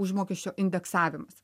užmokesčio indeksavimas